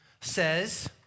says